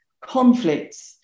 conflicts